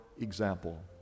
example